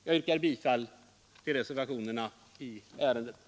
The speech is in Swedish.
Jag yrkar bifall till reservationerna 1 och 2.